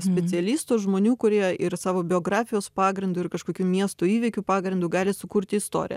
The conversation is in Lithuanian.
specialistų žmonių kurie ir savo biografijos pagrindu ir kažkokių miestų įvykių pagrindu gali sukurti istoriją